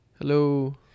Hello